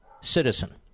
citizen